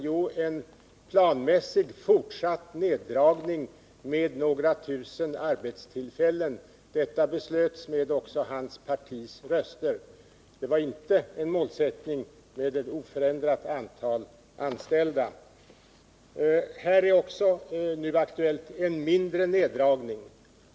Jo, en planmässig, fortsatt neddragning med några tusen arbetstillfällen. Detta beslut fattades med hjälp även av Paul Janssons partis röster. Målsättningen var inte ett oförändrat antal anställda. Här är det nu aktuellt med en mindre neddragning.